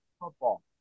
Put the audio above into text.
football